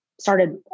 started